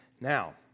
Now